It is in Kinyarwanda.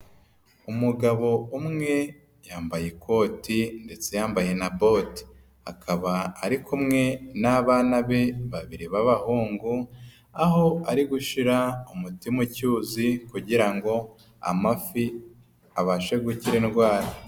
Umugabo umwe yambaye ikoti ndetse yambaye na bote, akaba ari kumwe n'abana be babiri baba hungu, aho ari gushyira umutima mu cyuzi kugira ngo amafi abashe gukira indwara.